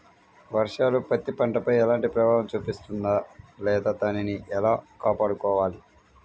వర్షాలు పత్తి పంటపై ఎలాంటి ప్రభావం చూపిస్తుంద లేదా దానిని ఎలా కాపాడుకోవాలి?